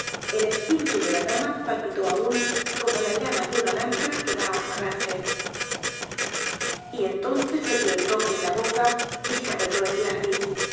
el espíritu de la dama palpitó aún como la llama de una lámpara que va á apagarse y entonces se dio el toque en la boca y s e arregló el glacis